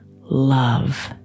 love